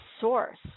source